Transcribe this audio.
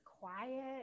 quiet